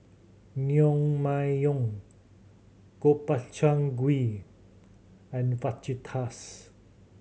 Naengmyeon Gobchang Gui and Fajitas